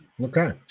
Okay